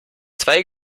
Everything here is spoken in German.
zwei